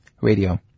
Radio